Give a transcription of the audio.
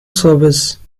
service